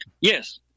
Yes